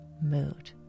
mood